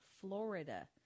Florida